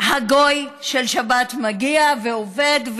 הגוי של שבת מגיע ועובד.